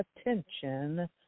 attention